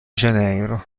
janeiro